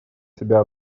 себя